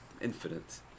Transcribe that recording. infinite